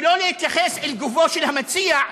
ולא להתייחס אל גופו של המציע,